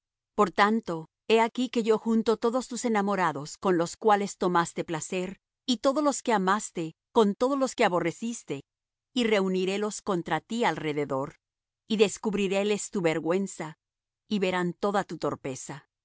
por tanto he aquí que yo junto todos tus enamorados con los cuales tomaste placer y todos los que amaste con todos los que aborreciste y reunirélos contra ti alrededor y descubriréles tu vergüenza y verán toda tu torpeza